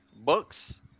Books